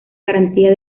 garantía